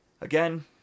again